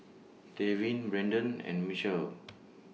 Tevin Braedon and Michel